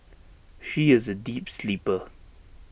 she is A deep sleeper